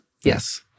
Yes